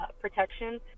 protection